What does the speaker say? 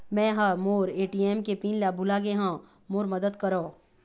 मै ह मोर ए.टी.एम के पिन ला भुला गे हों मोर मदद करौ